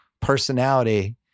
personality